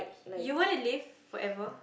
you want to live forever